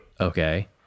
Okay